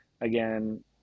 again